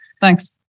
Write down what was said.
Thanks